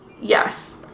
yes